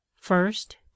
First